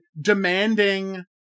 demanding